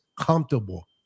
comfortable